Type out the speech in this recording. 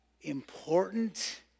important